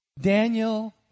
Daniel